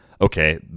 Okay